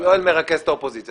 יואל מרכז את האופוזיציה,